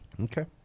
Okay